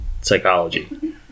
psychology